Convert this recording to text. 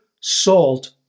salt